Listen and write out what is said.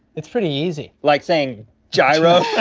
it's pretty easy. like saying jy-ro.